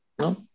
No